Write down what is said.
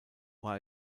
war